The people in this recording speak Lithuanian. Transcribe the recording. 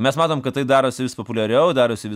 mes matom kad tai darosi vis populiariau darosi vis